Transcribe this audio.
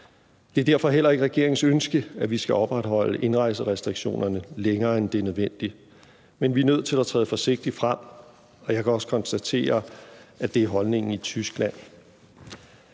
Det er derfor heller ikke regeringens ønske, at vi skal opretholde indrejserestriktionerne længere, end det er nødvendigt. Men vi er nødt til at gå forsigtigt frem, og jeg kan også konstatere, at det er holdningen i Tyskland.